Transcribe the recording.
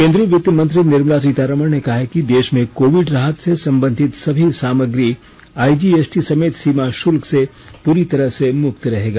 केन्द्रीय वित्त मंत्री निर्मला सीतारमन ने कहा कि देश में कोविड राहत से संबंधित सभी सामग्री आईजीएसटी समेत सीमा शुल्क से पूरी तरह से मुक्त रहेगा